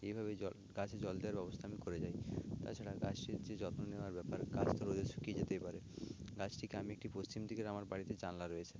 এইভাবেই জল গাছে জল দেওয়ার ব্যবস্থা আমি করে যাই তাছাড়া গাছটির যে যত্ন নেওয়ার ব্যাপার গাছ তো রোদে শুকিয়ে যেতেই পারে গাছটিকে আমি একটি পশ্চিম দিকের আমার বাড়িতে জানালা রয়েছে